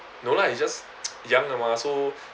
no lah it's just younger mah so